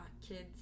kids